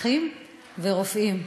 אחים ורופאים.